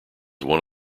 one